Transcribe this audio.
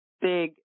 big